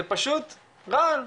זה פשוט רעל.